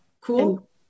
cool